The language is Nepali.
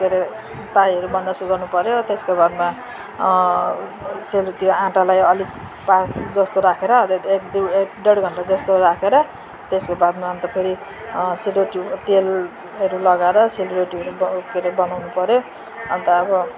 के अरे ताईहरू बन्दोबस्त गर्नुपऱ्यो त्यसको बादमा सेलरोटी आटालाई अलिक पास जस्तो राखेर अन्त एक डेढ एक डेढ घन्टा जस्तो राखेर त्यसको बादमा अन्त फेरि सेलरोटी तेलहरू लगाएर सेलरोटीहरू के अरे बनाउनु पऱ्यो अन्त अब